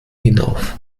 hinauf